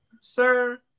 sir